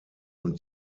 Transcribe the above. und